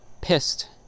pissed